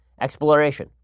exploration